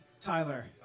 Tyler